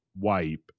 wipe